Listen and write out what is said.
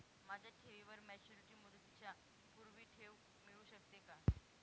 माझ्या ठेवीवर मॅच्युरिटी मुदतीच्या पूर्वी ठेव मिळू शकते का?